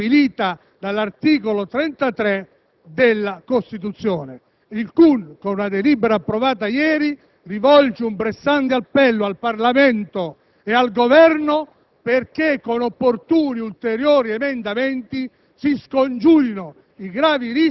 Il CUN con una delibera approvata ieri rivolge un pressante appello al Parlamento e al Governo